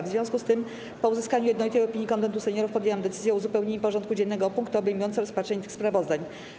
W związku z tym, po uzyskaniu jednolitej opinii Konwentu Seniorów, podjęłam decyzję o uzupełnieniu porządku dziennego o punkty obejmujące rozpatrzenie tych sprawozdań.